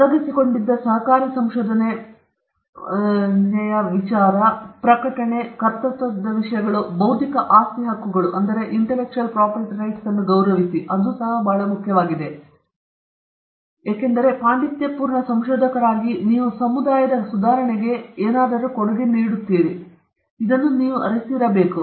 ತೊಡಗಿಸಿಕೊಂಡಿದ್ದ ಸಹಕಾರಿ ಸಂಶೋಧನೆ ಪ್ರಕಟಣೆ ಮತ್ತು ಕರ್ತೃತ್ವದ ವಿಷಯಗಳು ಮತ್ತು ಬೌದ್ಧಿಕ ಆಸ್ತಿ ಹಕ್ಕುಗಳನ್ನು ಗೌರವಿಸಿ ಅದು ಬಹಳ ಮುಖ್ಯವಾಗಿದೆ ಏಕೆಂದರೆ ಪಾಂಡಿತ್ಯಪೂರ್ಣ ಸಂಶೋಧಕರಾಗಿ ನೀವು ಸಮುದಾಯದ ಸುಧಾರಣೆಗೆ ಕೊಡುಗೆ ನೀಡುವ ಏನಾದರೂ ರಚಿಸುತ್ತಿದ್ದೀರಿ ಎನ್ನುವುದನ್ನು ನೀವು ಅರಿತುಕೊಂಡಿರಬೇಕು